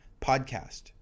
podcast